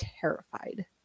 terrified